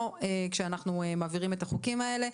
כאשר אנחנו מעבירים את החוקים האלה.